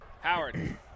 Howard